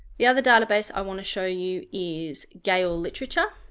the other database i want to show you is gale literature